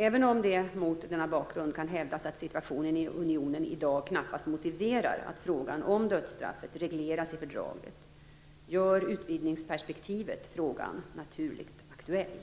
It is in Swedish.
Även om det mot denna bakgrund kan hävdas att situationen i unionen i dag knappast motiverar att frågan om dödsstraffet regleras i fördraget, gör utvidgningsperspektivet frågan naturligt aktuell.